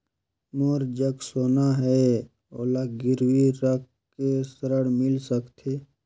मोर जग सोना है ओला गिरवी रख के ऋण मिल सकथे?